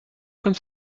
comme